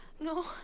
No